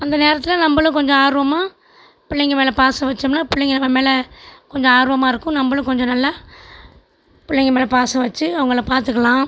அந்த நேரத்தில் நம்பளும் கொஞ்சம் ஆர்வமாக பிள்ளைங்க மேல் பாசம் வெச்சோம்னால் பிள்ளைங்க நம்ம மேல் கொஞ்சம் ஆர்வமாக இருக்கும் நம்பளும் கொஞ்சம் நல்லா பிள்ளைங்க மேல் பாசம் வெச்சு அவங்களை பார்த்துக்கலாம்